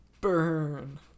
Burn